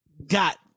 Got